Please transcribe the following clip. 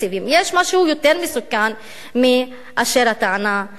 יש משהו יותר מסוכן מאשר הטענה הזאת.